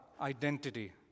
identity